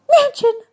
mansion